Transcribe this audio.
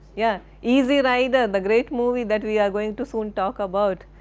yeah easy rider the great movie that we are going to soon talk about,